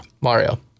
Mario